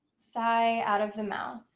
sigh out of the mouth.